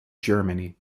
germany